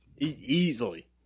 Easily